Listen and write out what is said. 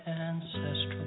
Ancestral